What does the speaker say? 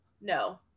No